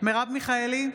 מרב מיכאלי,